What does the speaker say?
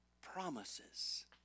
promises